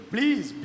Please